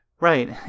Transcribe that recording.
Right